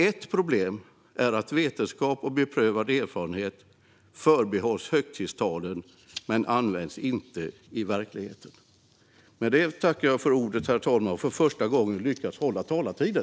Ett problem är att vetenskap och beprövad erfarenhet förbehålls högtidstalen men inte används i verkligheten.